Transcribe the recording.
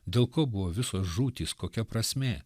dėl ko buvo visos žūtys kokia prasmė